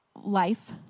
Life